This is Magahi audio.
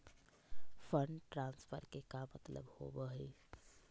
फंड ट्रांसफर के का मतलब होव हई?